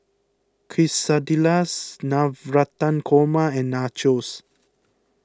Quesadillas Navratan Korma and Nachos